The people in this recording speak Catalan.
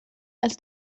els